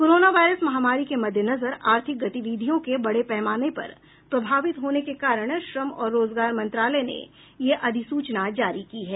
corona virus महामारी के मद्देनजर आर्थिक गतिविधियों के बडे पैमाने पर प्रभावित होने के कारण श्रम और रोजगार मंत्रालय ने यह अधिसूचना जारी की है